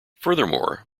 furthermore